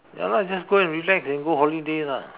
ya lah just go and relax and go holiday lah